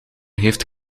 heeft